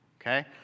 Okay